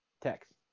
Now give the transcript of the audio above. Text